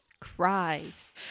cries